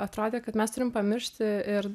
atrodė kad mes turim pamiršti ir